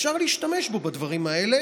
למרות